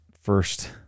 first